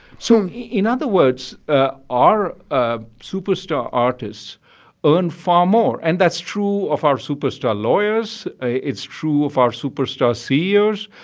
so in other words, ah our ah superstar artists earn far more. and that's true of our superstar lawyers. it's true of our superstar ceos.